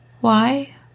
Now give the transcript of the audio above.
Why